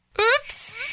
Oops